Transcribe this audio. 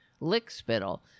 lickspittle